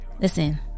Listen